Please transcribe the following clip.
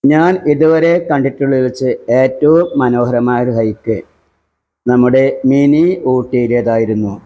ഞാൻ ഇതുവരെ കണ്ടിട്ടുള്ളതിൽ വെച്ച് ഏറ്റവും മനോഹരമായൊരു ഹൈക്ക് നമ്മുടെ മിനി ഊട്ടിയിലേതായിരുന്നു